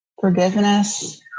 forgiveness